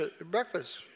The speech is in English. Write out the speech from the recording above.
breakfast